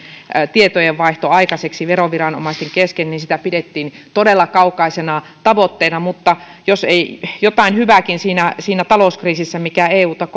tietojenvaihto aikaiseksi veroviranomaisten kesken niin sitä pidettiin todella kaukaisena tavoitteena mutta jos jotain hyvääkin oli siinä talouskriisissä mikä euta